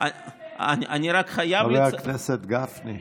לא דיברו